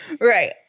Right